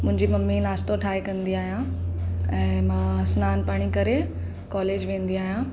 मुंहिंजी मम्मी नाश्तो ठाहे कंदी आहियां ऐं मां सनानु पाणी करे कॉलेज वेंदी आहियां